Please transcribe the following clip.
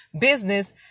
business